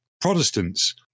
Protestants